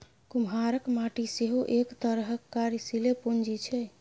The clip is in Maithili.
कुम्हराक माटि सेहो एक तरहक कार्यशीले पूंजी छै